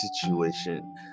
situation